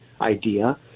idea